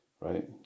right